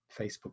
Facebook